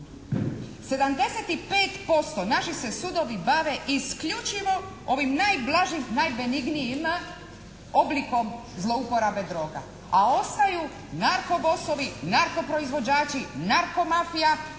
75% naši se sudovi bave isključivo ovim najblažim, najbenignijim oblikom zlouporabe droga a ostaju narkobosovi, narkoproizvođači, narkomafija